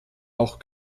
auch